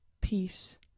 peace